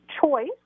choice